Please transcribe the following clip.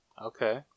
Okay